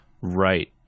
Right